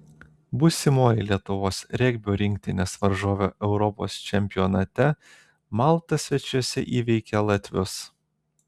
būsimoji lietuvos regbio rinktinės varžovė europos čempionate malta svečiuose įveikė latvius